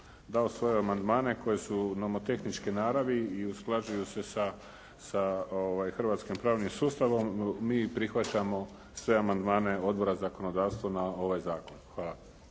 dao svoje amandmane koji su nomotehničke naravi i usklađuju se sa hrvatskim pravnim sustavom mi prihvaćamo sve amandmane Odbora za zakonodavstvo na ovaj zakon. Hvala.